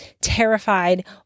terrified